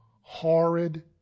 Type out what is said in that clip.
horrid